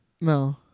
No